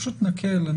פשוט נקל.